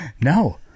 no